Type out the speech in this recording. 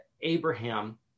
Abraham